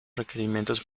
requerimientos